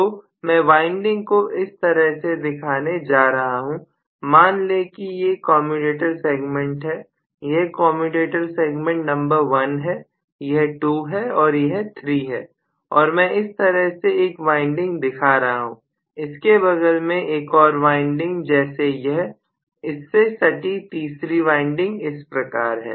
तो मैं वाइंडिंग को इस तरह से दिखाने जा रहा हूं मान लें कि ये कम्यूटेटर सेगमेंट हैं यह कम्यूटेटर सेगमेंट नंबर 1 है यह 2 है और यह 3 है और मैं इस तरह से एक वाइंडिंग दिखा रहा हूं इसके बगल में एक और वाइंडिंग जैसे यह इससे सटी तीसरी वाइंडिंग इस प्रकार है